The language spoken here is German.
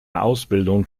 ausbildung